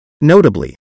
Notably